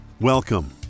Welcome